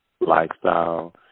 lifestyle